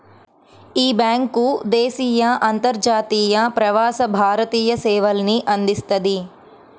యీ బ్యేంకు దేశీయ, అంతర్జాతీయ, ప్రవాస భారతీయ సేవల్ని అందిస్తది